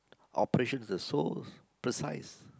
operation are so precise